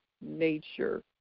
nature